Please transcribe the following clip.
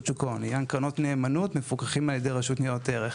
שוק ההון; לעניין קרנות נאמנות מפוקחים על ידי רשות ניירות ערך.